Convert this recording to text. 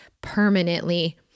permanently